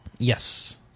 Yes